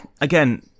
Again